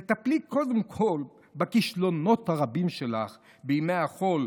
תטפלי קודם כל בכישלונות הרבים שלך בימי החול,